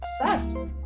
obsessed